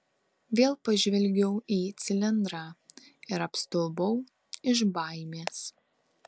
vėl pažvelgiau į cilindrą ir apstulbau iš baimės